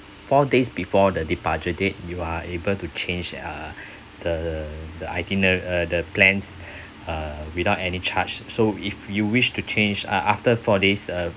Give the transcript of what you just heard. four days before the departure date you are able to change uh the the the itine~ uh the plans uh without any charge so if you wish to change uh after four days uh